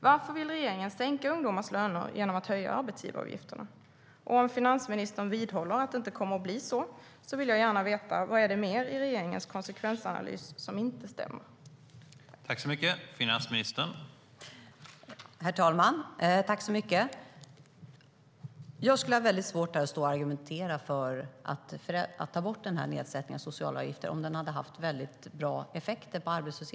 Varför vill regeringen sänka ungdomars löner genom att höja arbetsgivaravgifterna? Om finansministern vidhåller att det inte kommer att bli så vill jag gärna veta vad det är mer i regeringens konsekvensanalys som inte stämmer.